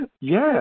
Yes